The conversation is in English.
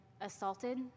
assaulted